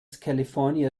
california